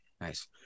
Nice